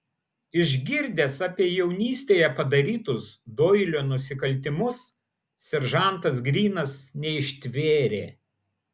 išgirdęs apie jaunystėje padarytus doilio nusikaltimus seržantas grynas neištvėrė